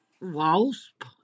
Wasp